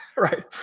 right